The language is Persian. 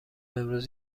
امروز